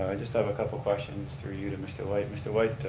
i just have a couple questions through you to mr. white. mr. white,